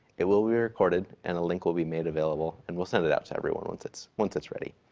it will be recorded, and a link will be made available, and we'll send it out to everyone once it's once it's ready.